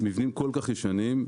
מבנים כל כך ישנים,